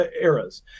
eras